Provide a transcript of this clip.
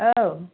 औ